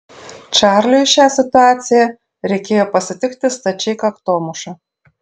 čarliui šią situaciją reikėjo pasitikti stačiai kaktomuša